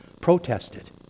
protested